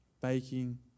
baking